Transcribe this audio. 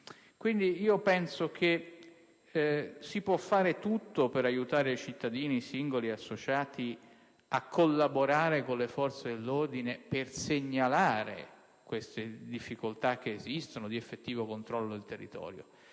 secondaria. Penso si possa fare tutto per aiutare i cittadini singoli ed associati a collaborare con le forze dell'ordine per segnalare le difficoltà, che esistono, di effettivo controllo del territorio,